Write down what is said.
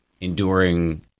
enduring